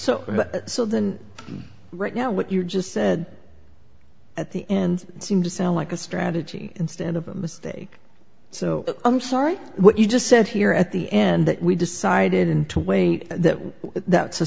so so then right now what you just said at the end seemed to sound like a strategy instead of a mistake so i'm sorry what you just said here at the end that we decided in two way that that's a